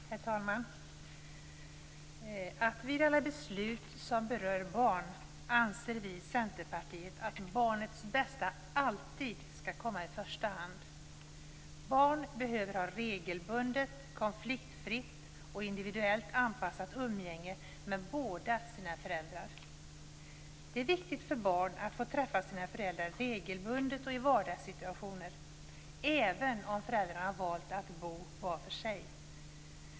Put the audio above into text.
Herr talman! Vid alla beslut som berör barn anser vi i Centerpartiet att barnets bästa alltid skall komma i första hand. Barn behöver ha regelbundet, konfliktfritt och individuellt anpassat umgänge med båda sina föräldrar. Det är viktigt för barn att få träffa sin föräldrar regelbundet och i vardagssituationer, även om föräldrarna valt att bo var för sig.